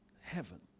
heaven